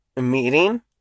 meeting